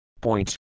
Point